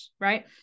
right